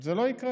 זה לא יקרה.